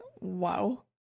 Wow